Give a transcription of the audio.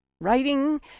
writing